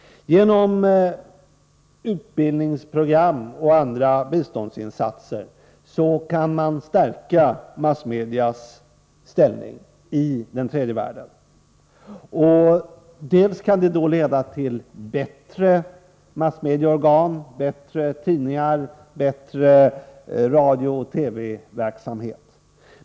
Genom utbildningsprogram och andra biståndsinsatser kan man stärka massmedias ställning i den tredje världen. Det kan leda till bättre massmedieorgan, bättre tidningar, bättre radiooch TV-verksamhet.